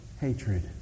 Hatred